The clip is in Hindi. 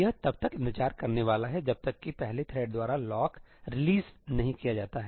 यह तब तक इंतजार करने वाला है जब तक कि पहले द्वारा लॉक रिलीज नहीं किया जाता है